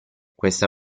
questa